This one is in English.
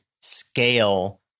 scale